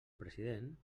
president